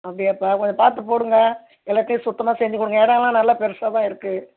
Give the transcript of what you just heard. அப்படியாப்பா கொஞ்சம் பார்த்துப் போடுங்கள் எல்லாத்தையும் சுத்தமாக செஞ்சு கொடுங்க எடலாம் நல்லா பெருசாக தான் இருக்குது